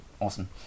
awesome